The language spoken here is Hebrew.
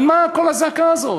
על מה כל הזעקה הזאת?